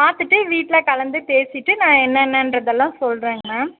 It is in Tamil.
பார்த்துட்டு வீட்டில் கலந்து பேசிவிட்டு நான் என்னென்னென்றதெல்லாம் சொல்றேங்க மேம்